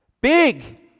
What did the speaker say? Big